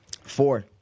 Four